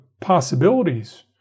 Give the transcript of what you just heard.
possibilities